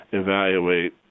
evaluate